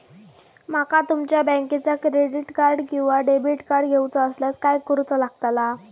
माका तुमच्या बँकेचा क्रेडिट कार्ड किंवा डेबिट कार्ड घेऊचा असल्यास काय करूचा लागताला?